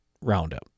Roundup